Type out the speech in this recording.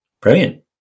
Brilliant